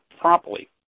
promptly